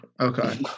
Okay